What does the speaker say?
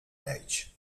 reich